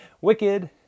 Wicked